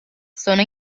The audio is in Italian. sono